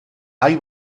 hay